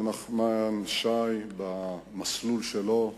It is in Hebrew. ונחמן שי, במסלול שלו,